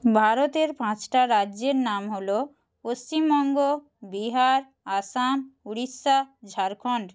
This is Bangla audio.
ভারতের পাঁচটা রাজ্যের নাম হল পশ্চিমবঙ্গ বিহার আসাম উড়িষ্যা ঝাড়খণ্ড